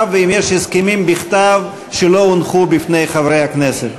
והאם יש הסכמים בכתב שלא הונחו בפני חברי הכנסת?